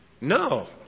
No